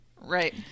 Right